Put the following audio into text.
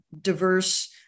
diverse